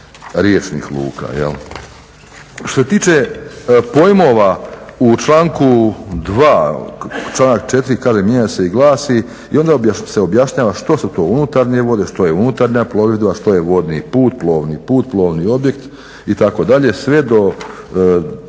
riječnih luka. Što se tiče pojmova u članku 2.članak 4.mijenja se i glasi i onda se objašnjava što su to unutarnje vode, što je unutarnja plovidba, što je vodni put, plovni put, plovni objekt itd. sve do